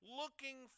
looking